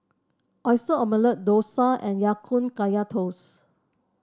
Oyster Omelette dosa and Ya Kun Kaya Toast